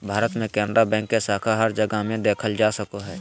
भारत मे केनरा बैंक के शाखा हर जगह मे देखल जा सको हय